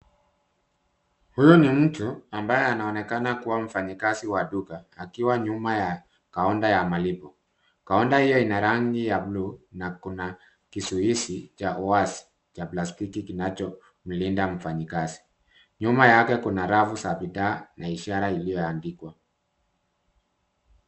Huyu ni mtu ambaye anaonekana kuwa mfanyikazi wa duka akiwa nyuma ya kaunta ya malipo. Kaunta hiyo ina rangi ya bluu na kuna kizuizi cha wazi cha plastiki kinachomlinda mfanyikazi. Nyuma yake kuna rafu za bidhaa na ishara iliyoandikwa.